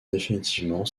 définitivement